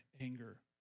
anger